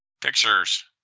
Pictures